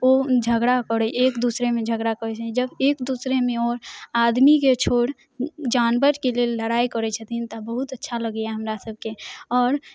ओ झगड़ा करै एक दूसरेमे झगड़ा करै छथिन जब एक दूसरेमे आओर आदमीके छोड़ि जानवरके लेल लड़ाइ करै छथिन तऽ बहुत अच्छा लगैए हमरा सभके आओर